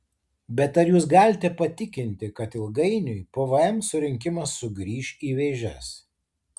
bet ar jūs galite patikinti kad ilgainiui pvm surinkimas sugrįš į vėžes